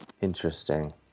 Interesting